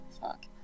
Fuck